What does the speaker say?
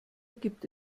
gibt